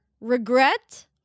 regret